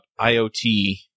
IoT